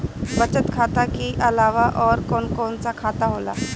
बचत खाता कि अलावा और कौन कौन सा खाता होला?